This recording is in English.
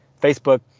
Facebook